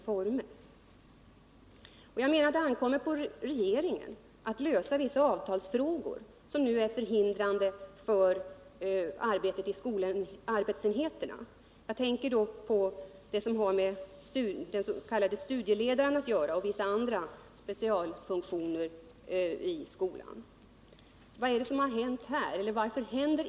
Vidare ankommer det på regeringen att lösa vissa avtalsfrågor som nu verkar hindrande för de olika arbetsenheterna. Jag tänker på det som har med den s.k. studieledaren att göra och vissa andra specialfunktioner i skolan. Varför händer det ingenting på det området?